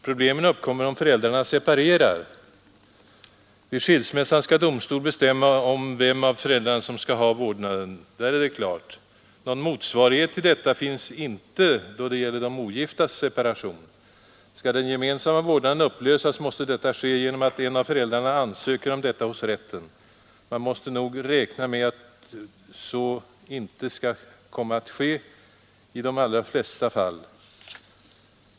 Problemen uppkommer om föräldrarna separerar. Vid skilsmässa skall domstol bestämma vem av föräldrarna som skall ha vårdnaden — därvidlag är det klart. Någon motsvarighet till detta finns inte då det gäller de ogiftas separation. Skall den gemensamma vårdnaden upplösas, måste detta ske genom att en av föräldrarna ansöker om det hos rätten. Man måste nog räkna med att så inte skall komma att ske i de allra flesta fall.